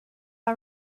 are